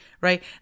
right